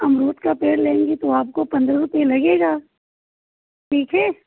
अमरूद का पेड़ लेंगी तो आपको पंद्रह रुपये लगेगा ठीक है